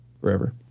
Forever